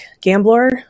Gambler